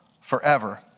forever